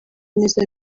neza